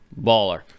baller